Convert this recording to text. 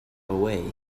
away